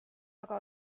aga